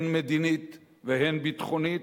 הן מדינית והן ביטחונית,